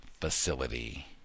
Facility